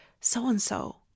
so-and-so